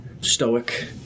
stoic